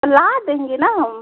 ला देंगे ना हम